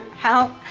how,